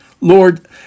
Lord